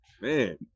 Man